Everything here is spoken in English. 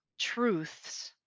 truths